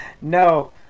no